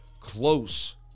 close